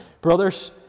Brothers